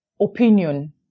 opinion